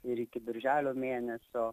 ir iki birželio mėnesio